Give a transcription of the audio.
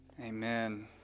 Amen